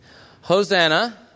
...Hosanna